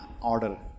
order